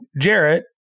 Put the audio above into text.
Jarrett